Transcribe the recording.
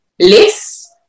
list